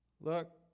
look